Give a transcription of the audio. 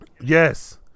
Yes